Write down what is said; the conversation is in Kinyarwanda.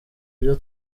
byo